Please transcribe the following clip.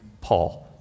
Paul